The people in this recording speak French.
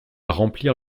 remplir